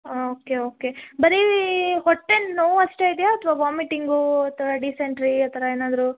okay okay ಬರೀ ಹೊಟ್ಟೆ ನೋವು ಅಷ್ಟೇ ಇದೆಯಾ ಅಥವಾ ವಾಮಿಟಿಂಗೂ ಅಥವಾ ಡಿಸೆಂಟ್ರೀ ಆ ಥರ ಏನಾದರೂ